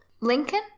Lincoln